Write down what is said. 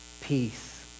Peace